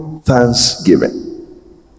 thanksgiving